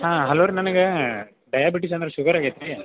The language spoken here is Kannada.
ಹಾಂ ಹಲೋ ರೀ ನನಗ ಡಯಾಬಿಟಿಸ್ ಶುಗರ್ ಆಗೈತಿ ರೀ